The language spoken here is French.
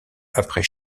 après